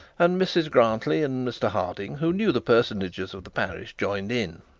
and mrs grantly and mr harding, who knew the parsonages of the parish, joined in.